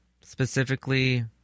Specifically